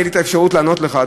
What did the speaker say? תהיה לי האפשרות לענות לך,